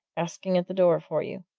asking at the door for you.